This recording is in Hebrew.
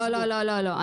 לא, לא, לא.